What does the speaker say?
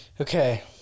Okay